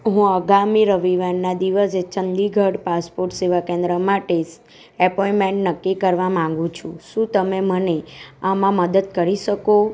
હું આગામી રવિવારના દિવસે ચંદીગઢ પાસપોટ સેવા કેન્દ્ર માટે એપોયમેન્ટ નક્કી કરવા માગું છું શું તમે મને આમાં મદદ કરી શકો